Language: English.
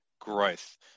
growth